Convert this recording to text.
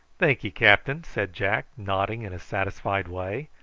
thank'ye, captain, said jack, nodding in a satisfied way,